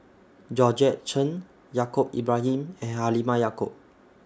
Georgette Chen Yaacob Ibrahim and Halimah Yacob